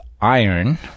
iron